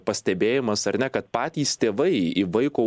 pastebėjimas ar ne kad patys tėvai į vaiko